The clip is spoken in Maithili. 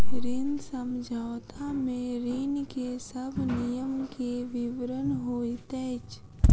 ऋण समझौता में ऋण के सब नियम के विवरण होइत अछि